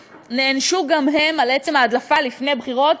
נענשו גם הם על עצם ההדלפה לפני בחירות,